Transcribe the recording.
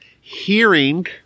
hearing